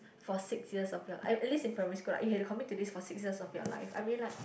for six years of your at least in primary school lah you have to commit to this for six years of your life I mean like